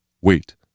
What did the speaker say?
Wait